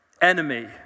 enemy